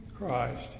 Christ